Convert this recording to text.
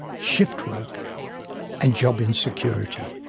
shift work and job insecurity.